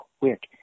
quick